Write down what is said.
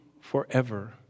forever